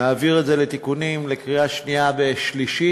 נעביר את זה לתיקונים לקראת קריאה שנייה ושלישית,